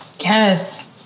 Yes